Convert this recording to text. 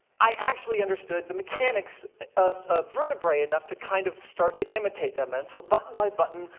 i actually understood the mechanics of ah vertebrae enough to kind of start to imitate them. and so button by button,